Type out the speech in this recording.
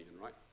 right